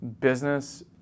business